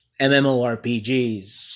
MMORPGs